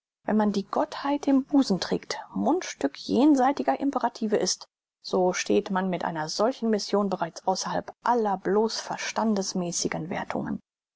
wenn man die gottheit im busen trägt mundstück jenseitiger imperative ist so steht man mit einer solchen mission bereits außerhalb aller bloß verstandesmäßigen werthungen